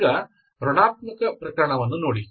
ಈಗ ಋಣಾತ್ಮಕ ಪ್ರಕರಣವನ್ನು ನೋಡಿ